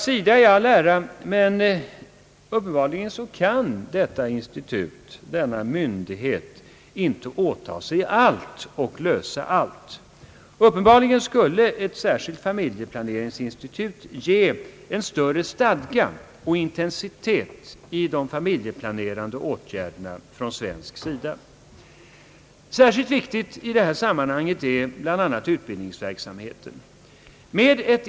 SIDA i all ära, men uppenbarligen kan denna myndighet inte åta sig att lösa allt; uppenbarligen skulle ett särskilt familjeplaneringsinstitut ge större stadga och intensitet åt de familjeplanerande åtgärderna från svensk sida. Särskilt viktig i detta sammanhang är utbildningsverksamheten.